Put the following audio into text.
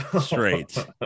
straight